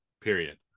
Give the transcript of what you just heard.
period